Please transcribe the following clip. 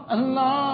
Allah